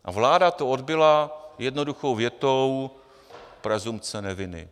A vláda to odbyla jednoduchou větou: Presumpce neviny.